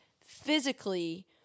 physically